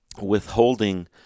withholding